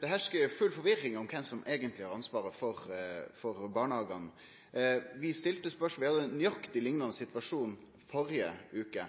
Det herskar full forvirring om kven som eigentleg har ansvaret for barnehagane. Vi stilte spørsmål ved ein nøyaktig liknande situasjon i førre veke,